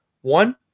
One